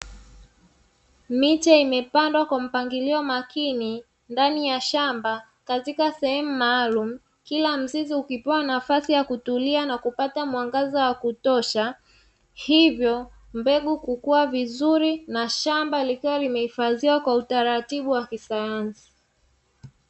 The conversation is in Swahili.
Miche imepandwa kwa mpangilio makini ndani ya shamba katika sehemu maalumu, kila mzizi ukipewa nafasi ya kutulia na kupata mwangaza wa kutosha hivyo, mbegu kukua vizuri na shamba likiwa limehifadhiwa kwa utaratibu wa kisayansi.